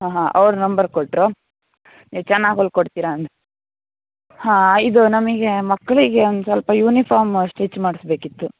ಹಾಂ ಹಾಂ ಅವ್ರು ನಂಬರ್ ಕೊಟ್ಟರು ನೀ್ವು ಚೆನ್ನಾಗಿ ಹೊಲ್ದ್ ಕೊಡ್ತೀರ ಅಂ ಹಾಂ ಇದು ನಮಗೇ ಮಕ್ಕಳಿಗೆ ಒಂದು ಸ್ವಲ್ಪ ಯುನಿಫಾರ್ಮ್ ಸ್ಟಿಚ್ ಮಾಡಿಸ್ಬೇಕಿತ್ತು